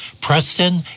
Preston